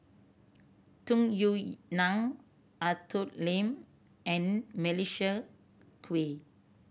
Tung Yue Nang Arthur Lim and Melissa Kwee